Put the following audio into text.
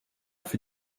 für